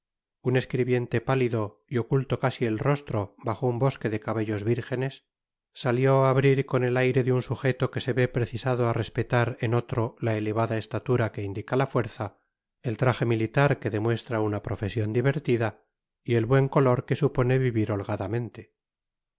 un escribiente pálido y oculto casi el rostro bajo un bosque de cabellos vírgenes salió á abrir con el aire de un sugeto que se ve precisado á respetar en otro la elevada estatura que indica la fuerza el traje militar que demuestra una profesion divertida y el buen color que supone vivir holgadamente